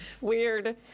Weird